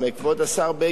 כבוד השר בגין.